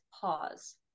pause